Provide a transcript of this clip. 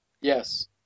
yes